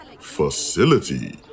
Facility